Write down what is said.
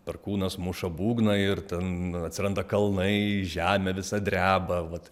perkūnas muša būgną ir ten atsiranda kalnai žemė visa dreba vat